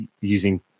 using